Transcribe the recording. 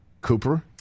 Cooper